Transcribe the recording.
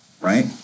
right